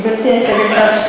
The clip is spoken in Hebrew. גברתי היושבת-ראש,